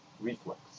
reflex